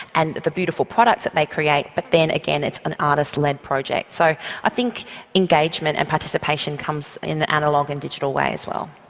and the beautiful products that they create but then again, it's an artist led project. so i think engagement and participation comes in analogue and digital ways as well.